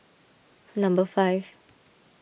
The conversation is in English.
number five